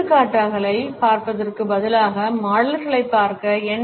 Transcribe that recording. எடுத்துக்காட்டுக்களை பார்ப்பதற்குப் பதிலாக மாடல்களைப் பார்க்க என்